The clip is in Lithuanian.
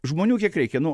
žmonių kiek reikia nu